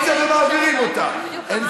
לכם